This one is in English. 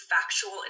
factual